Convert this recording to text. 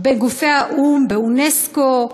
בגופי האו"ם, באונסק"ו,